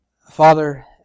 Father